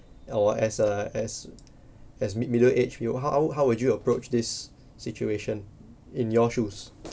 or as a as as mid middle age view how how would you approach this situation in your shoes